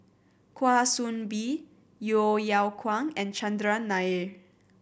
Kwa Soon Bee Yeo Yeow Kwang and Chandran Nair